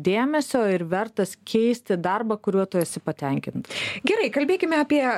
dėmesio ir vertas keisti darbą kuriuo tu esi patenkinta gerai kalbėkime apie